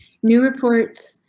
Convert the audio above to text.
new reports.